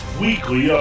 weekly